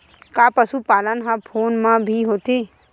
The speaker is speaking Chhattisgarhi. का पशुपालन ह फोन म भी होथे?